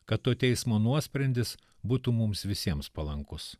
kad to teismo nuosprendis būtų mums visiems palankus